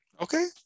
Okay